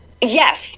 Yes